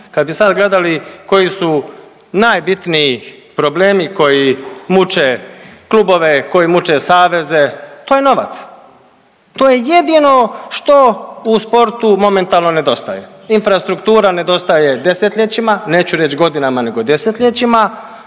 Kad bi sad gledali koji su najbitniji problemi koji muče klubove, koji muče saveze to je novac. To je jedino što u sportu momentalno nedostaje. Infrastruktura nedostaje desetljećima, neću reći godinama nego desetljećima